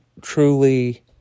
truly